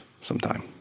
sometime